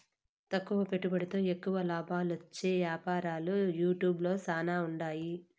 తక్కువ పెట్టుబడితో ఎక్కువ లాబాలొచ్చే యాపారాలు యూట్యూబ్ ల శానా ఉండాయి